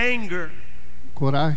Anger